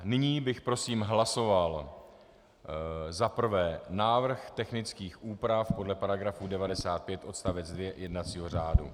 Nyní bych prosím hlasoval za prvé návrh technických úprav podle § 95 odst. 2 jednacího řádu.